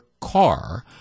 car